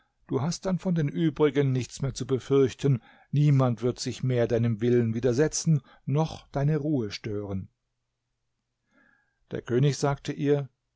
du hast dann von den übrigen nichts mehr zu befürchten niemand wird sich mehr deinem willen widersetzen noch deine ruhe stören der könig sagte ihr